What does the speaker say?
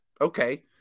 okay